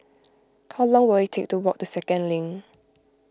how long will it take to walk to Second Link